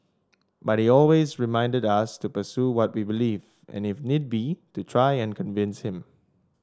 but he always reminded us to pursue what we believed and if need be to try and convince him